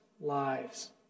lives